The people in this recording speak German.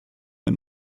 ein